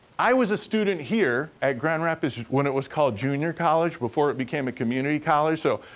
i was a student here at grand rapids when it was called junior college, before it became a community college. so,